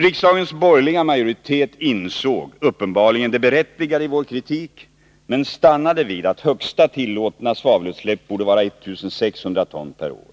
Riksdagens borgerliga majoritet insåg uppenbarligen det berättigade i vår kritik, men stannade vid att högsta tillåtna svavelutsläpp borde vara 1600 ton per år.